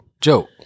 joke